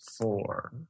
four